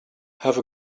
have